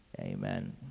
Amen